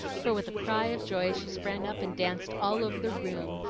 for with a cry of joy she sprang up and danced all over the room,